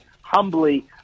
humbly